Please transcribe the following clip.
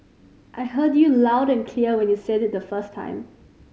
I heard you loud and clear when you said it the first time